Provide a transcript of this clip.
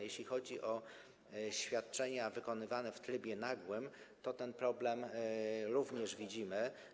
Jeśli chodzi o świadczenia wykonywane w trybie nagłym, ten problem również widzimy.